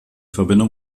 verbindung